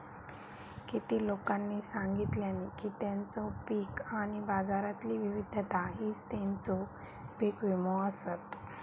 किती लोकांनी सांगल्यानी की तेंचा पीक आणि बाजारातली विविधता हीच तेंचो पीक विमो आसत